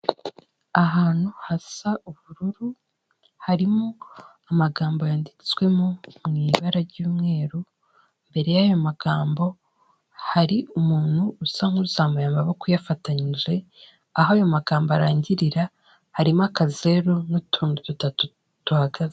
Ahantu hasa ubururu harimo amagambo yanditswemo mu ibara ry'umweru, imbere y'ayo magambo hari umuntu usa nk'uzamuye amaboko uyafatanyije, aho ayo magambo arangirira harimo akazeru n'utuntu dutatu duhagaze.